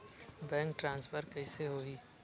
Bank transfer कइसे होही?